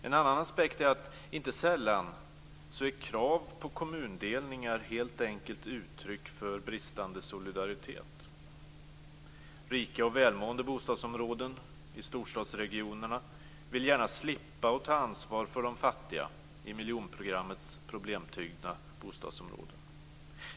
En annan aspekt är att inte sällan är krav på kommundelningar helt enkelt uttryck för bristande solidaritet. Rika och välmående bostadsområden i storstadsregionerna vill gärna slippa att ta ansvar för de fattiga i miljonprogrammets problemtyngda bostadsområden.